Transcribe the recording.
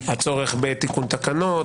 הצורך בתיקון תקנות,